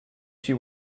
she